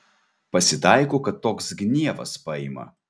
pasitaiko kad toks gnievas paima